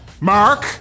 Mark